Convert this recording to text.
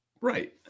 Right